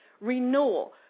renewal